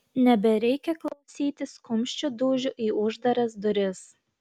nebereikia klausytis kumščių dūžių į uždaras duris